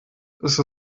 ist